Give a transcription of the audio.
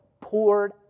poured